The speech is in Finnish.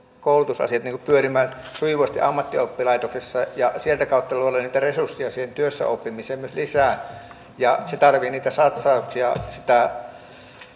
koulutusasiat pyörimään sujuvasti ammattioppilaitoksissa ja sieltä kautta luoda niitä resursseja siihen työssäoppimiseen myös lisää se tarvitsee niitä satsauksia sitä